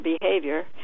behavior